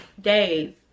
days